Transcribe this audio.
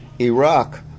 Iraq